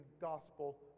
gospel